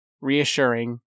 reassuring